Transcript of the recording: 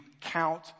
count